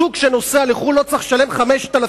זוג שנוסע לחו"ל לא צריך לשלם 5,000